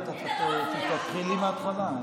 את מפריעה.